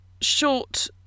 short